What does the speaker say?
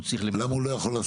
למה הוא לא יכול?